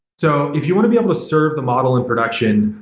so, if you want to be able to serve the model in production,